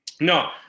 no